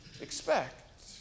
expect